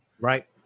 Right